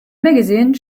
magazine